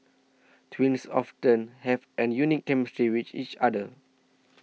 twins often have an unique chemistry with each other